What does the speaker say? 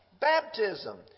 Baptism